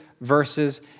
verses